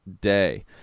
day